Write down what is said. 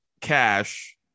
cash